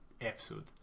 episode